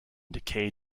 decay